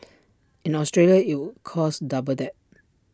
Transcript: in Australia IT would cost double that